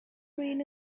green